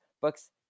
books